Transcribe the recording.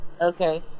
okay